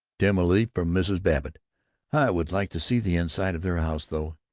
timidly from mrs. babbitt i would like to see the inside of their house though.